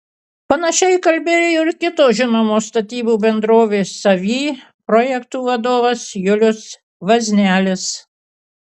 panašiai kalbėjo ir kitos žinomos statybų bendrovės savy projektų vadovas julius vaznelis